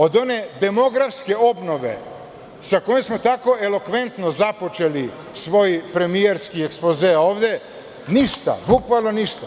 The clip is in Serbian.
Od one demografske obnove sa kojom smo tako elokventno započeli svoj premijerski ekspoze ovde, ništa, bukvalno ništa.